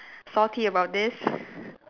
salty about this